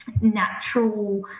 Natural